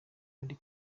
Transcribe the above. ari